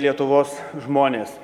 lietuvos žmonės